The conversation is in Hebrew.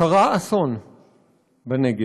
קרה אסון בנגב.